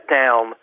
down